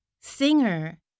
singer